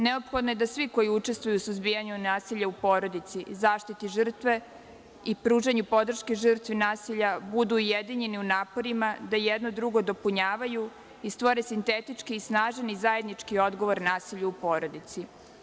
Neophodno je da svi koji učestvuju u suzbijanju nasilja u porodici i zaštiti žrtve i pružanju podrške žrtvi nasilja budu ujedinjeni u naporima, da jedno drugo dopunjavaju i stvore sintetički i snažan i zajednički odgovor nasilju u porodici.